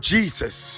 Jesus